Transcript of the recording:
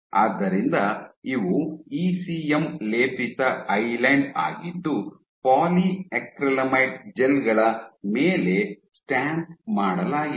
ಆದ್ದರಿಂದ ಇವು ಇಸಿಎಂ ಲೇಪಿತ ಐಲ್ಯಾಂಡ್ ಆಗಿದ್ದು ಪಾಲಿಯಾಕ್ರಿಲಾಮೈಡ್ ಜೆಲ್ ಗಳ ಮೇಲೆ ಸ್ಟ್ಯಾಂಪ್ ಮಾಡಲಾಗಿದೆ